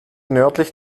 nördlich